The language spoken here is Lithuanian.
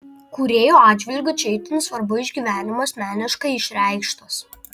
kūrėjo atžvilgiu čia itin svarbu išgyvenimas meniškai išreikštas